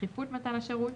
תכיפות מתן השירות,